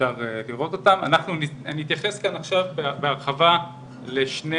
אנחנו נתייחס כאן עכשיו בהרחבה לשני